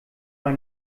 mal